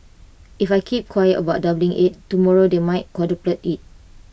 if I keep quiet about doubling IT tomorrow they might quadruple IT